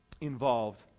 involved